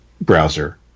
browser